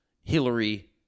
Hillary